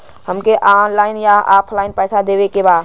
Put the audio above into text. हमके ऑनलाइन या ऑफलाइन पैसा देवे के बा?